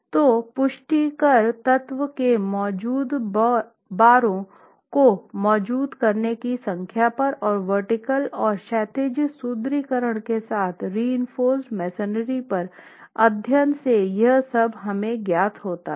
तो पुष्टिकर तत्व में मौजूद बारों को मजबूत करने की संख्या पर और ऊर्ध्वाधर और क्षैतिज सुदृढीकरण के साथ रीइंफोर्स्ड मेंसरी पर अध्ययन से यह सब हमे ज्ञात होता है